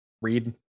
read